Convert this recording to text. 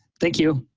thank you.